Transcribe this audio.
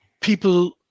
people